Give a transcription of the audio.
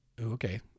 Okay